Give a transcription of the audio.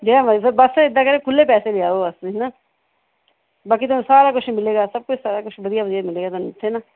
ਜਿਹੜਾ ਮਰਜੀ ਸਰ ਬਸ ਇੱਦਾਂ ਕਰਿਓ ਖੁੱਲ੍ਹੇ ਪੈਸੇ ਲੈ ਆਓ ਬਸ ਤੁਸੀਂ ਹੈ ਨਾ ਬਾਕੀ ਤੁਹਾਨੂੰ ਸਾਰਾ ਕੁਛ ਮਿਲੇਗਾ ਸਭ ਕੁਛ ਸਾਰਾ ਕੁਛ ਵਧੀਆ ਵਧੀਆ ਮਿਲੇਗਾ ਤੁਹਾਨੂੰ ਉੱਥੇ ਨਾ